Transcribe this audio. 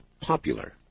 popular